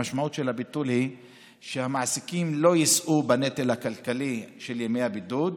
המשמעות של הביטול היא שהמעסיקים לא יישאו בנטל הכלכלי של ימי הבידוד.